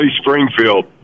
Springfield